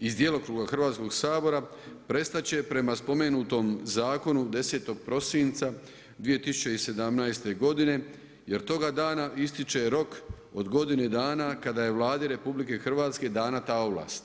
iz djelokruga Hrvatskog sabora prestat će prema spomenutom zakonu 10. prosinca 2017. godine jer toga dana ističe rok od godine dana kada je Vladi RH dana ta ovlast.